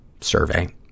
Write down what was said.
survey